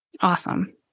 Awesome